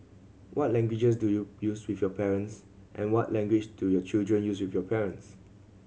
what languages do you use with your parents and what language do your children use with your parents